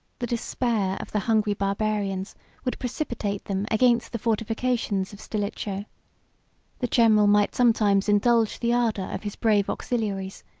the despair of the hungry barbarians would precipitate them against the fortifications of stilicho the general might sometimes indulge the ardor of his brave auxiliaries,